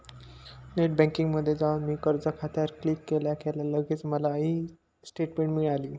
net बँकिंगमध्ये जाऊन मी कर्ज खात्यावर क्लिक केल्या केल्या लगेच मला ई स्टेटमेंट मिळाली